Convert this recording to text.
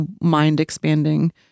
mind-expanding